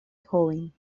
joven